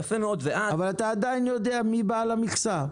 אבל אתה עדיין יודע מי בעל המכסה?